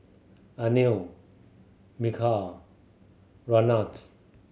Anil Milkha Ramnath